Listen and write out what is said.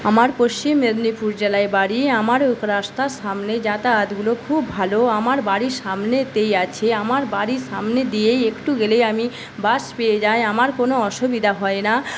আমার পশ্চিম মেদিনীপুর জেলায় বাড়ি আমার রাস্তার সামনে যাতায়াতগুলো খুব ভালো আমার বাড়ির সামনেতেই আছে আমার বাড়ির সামনে দিয়েই একটু গেলেই আমি বাস পেয়ে যাই আমার কোনো অসুবিধা হয় না